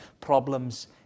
problems